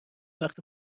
وقت